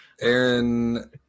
Aaron